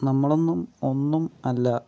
നമ്മളൊന്നും ഒന്നും അല്ല